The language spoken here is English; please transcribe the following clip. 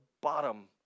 bottom